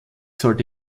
sollte